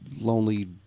lonely